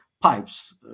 pipes